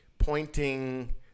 pointing